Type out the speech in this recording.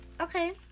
Okay